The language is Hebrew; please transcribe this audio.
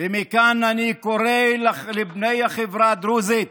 ומכאן אני קורא לבני העדה הדרוזית,